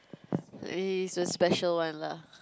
he is a special one lah